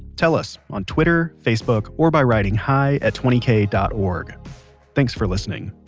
tell us on twitter, facebook or by writing hi at twenty k dot org thanks for listening